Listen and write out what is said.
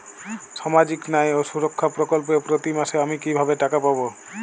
সামাজিক ন্যায় ও সুরক্ষা প্রকল্পে প্রতি মাসে আমি কিভাবে টাকা পাবো?